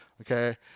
Okay